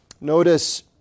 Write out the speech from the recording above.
Notice